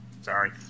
Sorry